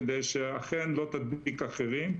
כדי שאכן לא תדביק אחרים.